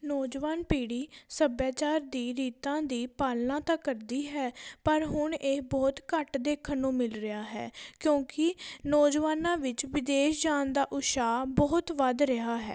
ਨੌਜਵਾਨ ਪੀੜ੍ਹੀ ਸੱਭਿਆਚਾਰ ਦੀ ਰੀਤਾਂ ਦੀ ਪਾਲਣਾ ਤਾਂ ਕਰਦੀ ਹੈ ਪਰ ਹੁਣ ਇਹ ਬਹੁਤ ਘੱਟ ਦੇਖਣ ਨੂੰ ਮਿਲ ਰਿਹਾ ਹੈ ਕਿਉਂਕਿ ਨੌਜਵਾਨਾਂ ਵਿੱਚ ਵਿਦੇਸ਼ ਜਾਣ ਦਾ ਉਤਸ਼ਾਹ ਬਹੁਤ ਵੱਧ ਰਿਹਾ ਹੈ